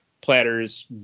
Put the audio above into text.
Platters